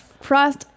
cross